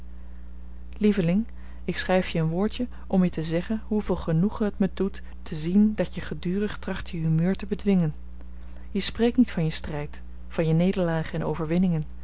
lieveling ik schrijf je een woordje om je te zeggen hoeveel genoegen het me doet te zien dat je gedurig tracht je humeur te bedwingen je spreekt niet van je strijd van je nederlagen en overwinningen